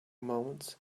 moments